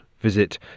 visit